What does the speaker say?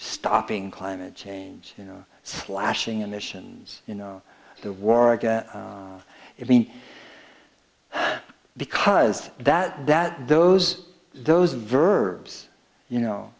stopping climate change you know slashing emissions you know the war against it mean because that that those those verbs you know